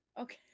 Okay